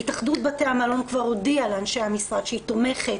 התאחדות בתי המלון כבר הודיעה לאנשי המשרד שהיא תומכת